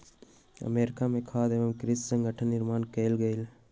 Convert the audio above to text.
America में खाद्य एवं कृषि संगठनक निर्माण कएल गेल